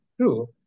true